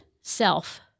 self